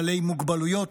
בעלי מוגבלויות,